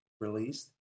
released